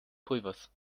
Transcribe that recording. pulvers